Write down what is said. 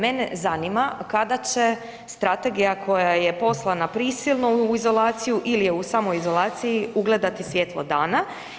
Mene zanima kada će strategija koja je poslana prisilno u izolaciju ili je u samoizolaciji ugledati svjetlo dana.